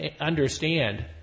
understand